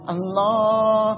Allah